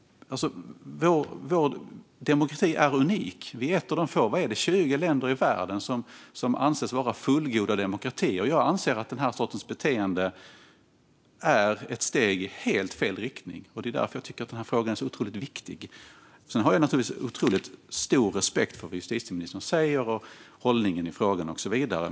Vår demokrati är unik. Vi är ett av de tjugo länder i världen som anses vara fullgoda demokratier. Jag anser att den här sortens beteende är ett steg i helt fel riktning, och det är därför jag tycker att frågan är så oerhört viktig. Sedan har jag naturligtvis otroligt stor respekt för vad justitieministern säger och hållningen i frågan.